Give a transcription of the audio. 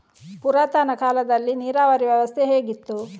ಪುರಾತನ ಕಾಲದಲ್ಲಿ ನೀರಾವರಿ ವ್ಯವಸ್ಥೆ ಹೇಗಿತ್ತು?